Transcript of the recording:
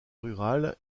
rurales